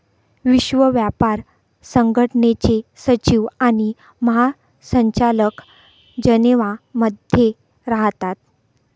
विश्व व्यापार संघटनेचे सचिव आणि महासंचालक जनेवा मध्ये राहतात